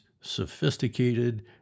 sophisticated